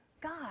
God